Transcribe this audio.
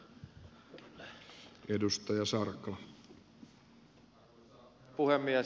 arvoisa herra puhemies